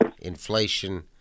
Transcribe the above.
inflation